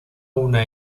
una